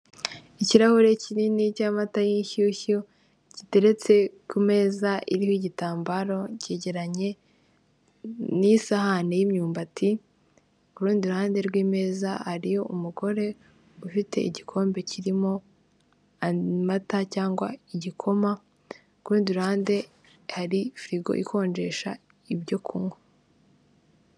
Ikirahure kinini cy'amata y'ishyushyu giteretse ku meza iriho igitambaro kegeranye n'isahani y'imyumbati, ku rundi ruhande rw'imeza hari umugore ufite igikombe kirimo amata, cyangwa igikoma kuri rundi ruhande hari firigo ikonjesha ibyo kunywa.